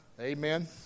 Amen